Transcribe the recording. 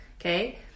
okay